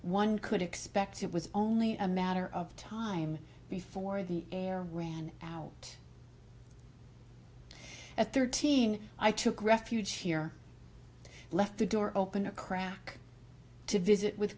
one could expect it was only a matter of time before the air ran out at thirteen i took refuge here left the door open a crack to visit with